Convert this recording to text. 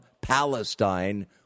Palestine